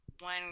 one